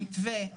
המתווה,